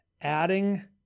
adding